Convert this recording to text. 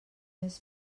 més